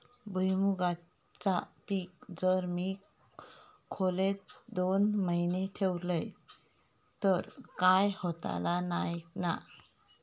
भुईमूगाचा पीक जर मी खोलेत दोन महिने ठेवलंय तर काय होतला नाय ना?